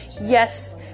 Yes